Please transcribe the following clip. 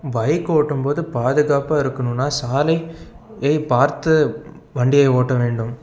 bike ஓட்டும் போது பாதுகாப்பாக இருக்கனுன்னா சாலை களை பார்த்து வண்டியை ஓட்ட வேண்டும்